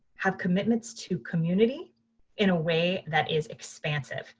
have commitments to community in a way that is expansive.